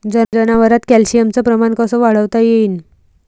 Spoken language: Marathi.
जनावरात कॅल्शियमचं प्रमान कस वाढवता येईन?